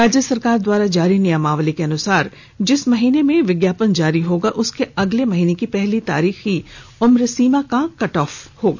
राज्य सरकार द्वारा जारी नियमावली के अनुसार जिस माह में विज्ञापन जारी होगा उसके अगले महीने की पहली तारीख ही उम्र सीमा का कट अफ होगा